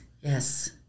Yes